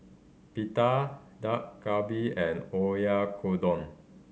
Pita Dak Galbi and Oyakodon